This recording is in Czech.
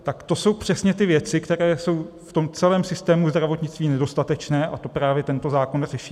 Tak to jsou přesně ty věci, které jsou v celém systému zdravotnictví nedostatečné, a to právě tento zákon řeší.